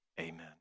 amen